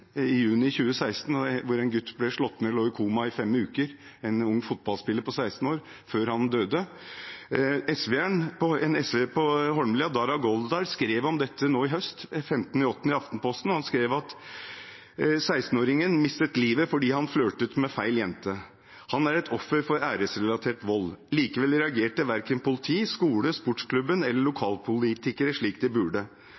i juni 2016, hvor en gutt, en ung fotballspiller på 16 år, ble slått ned og lå i koma i fem uker før han døde. En SV-er på Holmlia, Dara Goldar, skrev om dette nå i høst, 8. august, i Aftenposten: «16-åringen mistet livet fordi han flørtet med «feil» jente. Han er et offer for æresrelatert vold. Likevel reagerte verken politi, skole, sportsklubben eller